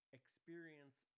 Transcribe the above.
experience